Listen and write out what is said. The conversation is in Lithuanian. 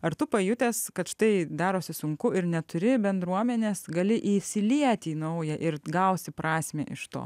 ar tu pajutęs kad štai darosi sunku ir neturi bendruomenės gali įsilieti į naują ir gausi prasmę iš to